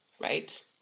right